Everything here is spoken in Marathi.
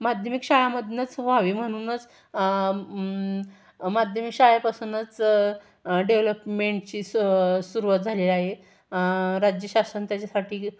माध्यमिक शाळेमधूनच व्हावी म्हणूनच माध्यमिक शाळेपासूनच डेव्हलपमेंटची स सुरुवात झाली आहे राज्यशासन त्याच्यासाठी